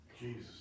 Jesus